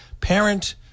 parent